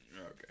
Okay